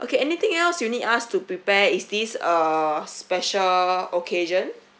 okay anything else you need us to prepare is this a special occasion